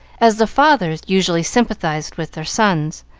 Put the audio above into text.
as the fathers usually sympathized with their sons,